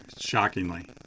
shockingly